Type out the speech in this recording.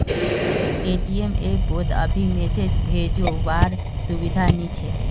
ATM app पोत अभी message भेजो वार सुविधा नी छे